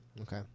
Okay